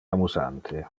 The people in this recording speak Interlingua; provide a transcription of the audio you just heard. amusante